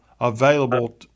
available